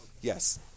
Yes